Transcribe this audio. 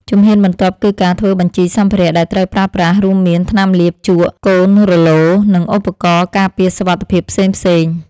ជំហានបន្ទាប់ គឺការធ្វើបញ្ជីសម្ភារៈដែលត្រូវប្រើប្រាស់ រួមមានថ្នាំលាប ជក់ កូនរ៉ូឡូ និងឧបករណ៍ការពារសុវត្ថិភាពផ្សេងៗ។